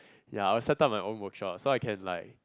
ya I'll set up my own workshop so I can like